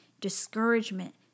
discouragement